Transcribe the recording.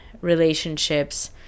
relationships